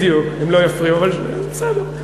בדיוק, הם לא יפריעו, אבל בסדר.